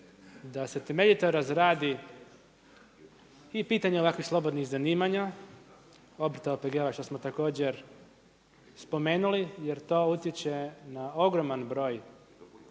da se temeljito razradi i pitanje ovakvih slobodnih zanimanja, obrta, OPG-ova što smo također spomenuli jer to utječe na ogroman broj